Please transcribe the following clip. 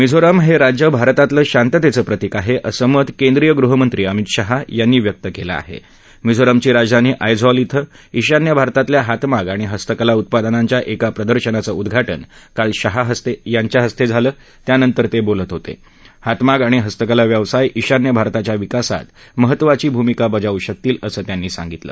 मिझोराम हञिज्य भारतातलं शांततळीप्रतीक आहा असं मत केंद्रीय गृहमंत्री अमित शाह यांनी व्यक्त कवि आहा भिझोरामची राजधानी आयझॉल इथं ईशान्य भारतातल्या हातमाग आणि हस्तकला उत्पादनांच्या एका प्रदर्शनाचं उद्घाटन काल शाह यांच्या हस्तेझिलं त्यानंतर तविलत होत क्रितमाग आणि हस्तकला व्यवसाय ईशान्य भारताच्या विकासात महत्वाची भूमिका बजावू शक्ति असं त्यांनी सांगितलं